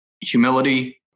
humility